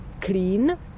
clean